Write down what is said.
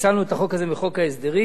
פיצלנו את החוק הזה בחוק ההסדרים.